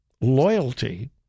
loyalty